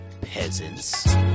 peasants